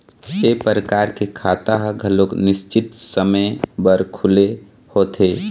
ए परकार के खाता ह घलोक निस्चित समे बर खुले होथे